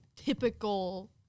typical